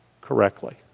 correctly